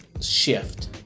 shift